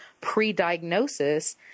pre-diagnosis